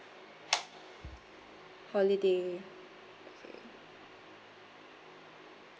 holiday